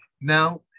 Now